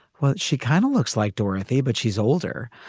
well, she kind of looks like dorothy, but she's older.